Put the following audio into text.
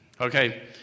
Okay